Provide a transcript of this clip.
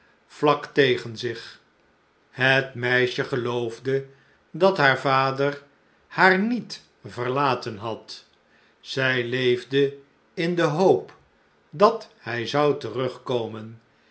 vlak tegen zich het meisje geloofde dat haar vader haar niet verlaten had zij leefde in de hoop dat hij zou terugkomen